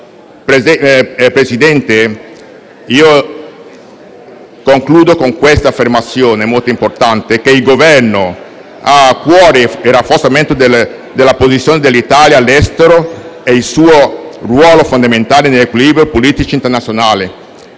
Presidente, concludo con questa importante affermazione: il Governo ha a cuore il rafforzamento della posizione dell'Italia all'estero e il suo ruolo fondamentale negli equilibri politici internazionali.